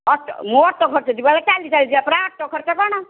auto ମୁଁ auto ଖର୍ଚ୍ଚ ଯିବା ଚାଲି ଚାଲି ଯିବା ପରା ଅଟୋ ଖର୍ଚ୍ଚ କ'ଣ